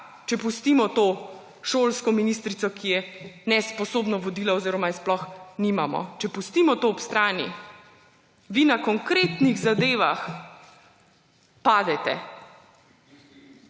če pustimo to šolsko ministrico, ki je nesposobno vodila oziroma je sploh nimamo. Če pustimo to ob strani, vi na konkretnih zadevah padete.